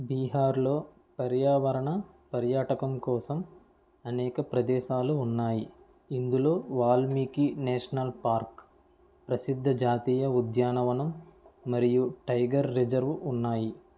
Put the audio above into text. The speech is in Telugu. బీహార్లో పర్యావరణ పర్యాటకం కోసం అనేక ప్రదేశాలు ఉన్నాయి ఇందులో వాల్మీకి నేషనల్ పార్క్ ప్రసిద్ధ జాతీయ ఉద్యానవనం మరియు టైగర్ రిజర్వ్ ఉన్నాయి